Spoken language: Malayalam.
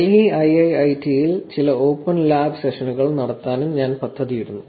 ഡൽഹി ഐഐഐടിയിൽ ചില ഓപ്പൺ ലാബ് സെഷനുകൾ നടത്താനും ഞാൻ പദ്ധതിയിടുന്നു